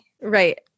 Right